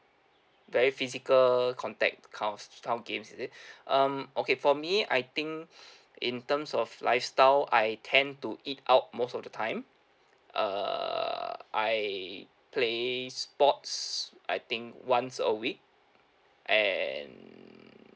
very physical contact kind of style games is it um okay for me I think in terms of lifestyle I tend to eat out most of the time err I play sports I think once a week and